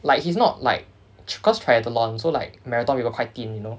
like he's not like cause triathlon so like marathon we got quite thin you know